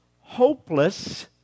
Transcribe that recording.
hopeless